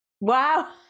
Wow